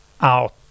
out